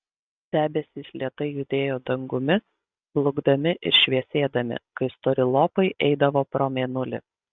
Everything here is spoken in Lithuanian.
debesys lėtai judėjo dangumi blukdami ir šviesėdami kai stori lopai eidavo pro mėnulį